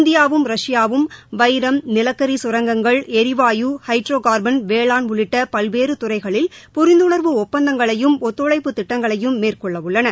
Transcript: இந்தியாவும் ரஷ்யாவும் வைரம் நிலக்கரி கரங்கங்கள் எரிவாயு ஹைட்ரோ கார்பன் வேளாண் உள்ளிட்ட பல்வேற துறைகளில் புரிந்துணர்வு ஒப்பந்தங்களையும் ஒத்துழைப்புத் திட்டங்களையும் மேற்கொள்ள உள்ளன